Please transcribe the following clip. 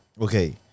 okay